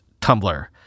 Tumblr